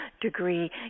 degree